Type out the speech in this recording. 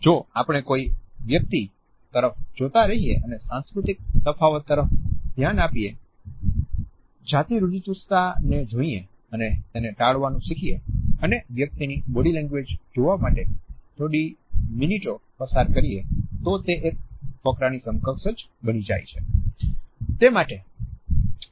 જો આપણે કોઈ વ્યક્તિ તરફ જોતા રહીએ અને સાંસ્કૃતિક તફાવત તરફ ધ્યાન આપીએ જાતી રૂઢિચુસ્તતા ને જોઈએ અને તેને ટાળવાનું શીખીએ અને વ્યક્તિની બોડી લેંગ્વેજ જોવા માટે થોડી મિનિટ પસાર કરીએ તો તે એક ફકરાની સમકક્ષ બની જાય છે